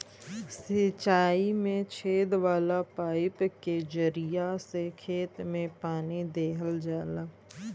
सिंचाई में छेद वाला पाईप के जरिया से खेत में पानी देहल जाला